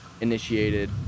initiated